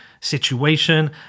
situation